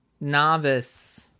novice